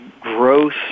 growth